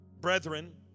brethren